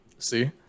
see